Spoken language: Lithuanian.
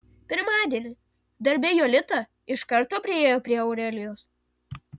pirmadienį darbe jolita iš karto priėjo prie aurelijos